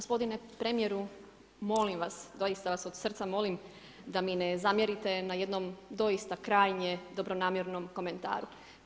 Gospodine premijeru, molim vas, doista vas od srca molim da mi ne zamjerite na jednom doista krajnje dobronamjernom komentaru.